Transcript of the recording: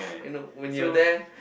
and no when you were there